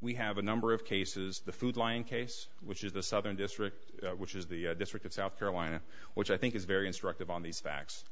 we have a number of cases the food lion case which is the southern district which is the district of south carolina which i think is very instructive on these facts